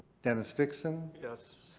dennis dixon. yes.